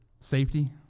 safety